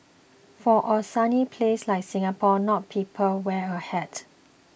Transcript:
for a sunny place like Singapore not people wear a hat